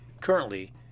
currently